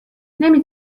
نمی